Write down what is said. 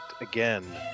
again